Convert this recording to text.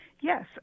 Yes